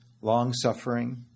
long-suffering